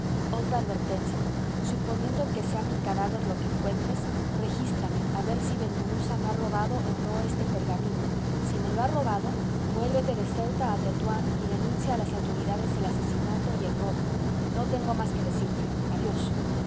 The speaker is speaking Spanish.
otra advertencia suponiendo que sea mi cadáver lo que encuentres regístrame a ver si ben munuza me ha robado o no este pergamino si me lo ha robado vuélvete de ceuta a tetuán y denuncia a las autoridades el asesinato y el robo no tengo más que decirte adiós